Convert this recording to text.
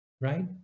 right